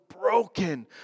broken